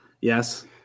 Yes